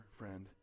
friend